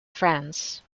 france